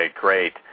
great